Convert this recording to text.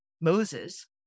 Moses